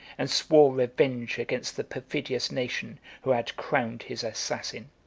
and swore revenge against the perfidious nation who had crowned his assassin.